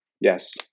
Yes